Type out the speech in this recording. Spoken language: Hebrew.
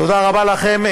תודה רבה לכם.